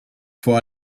vor